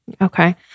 Okay